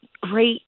great